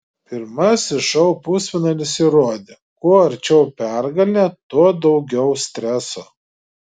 pirmasis šou pusfinalis įrodė kuo arčiau pergalė tuo daugiau streso